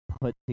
put